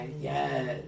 Yes